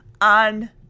on